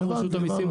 גם רשות המיסים,